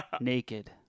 Naked